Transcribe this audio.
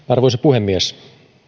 arvoisa puhemies